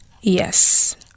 Yes